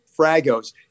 fragos